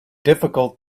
difficult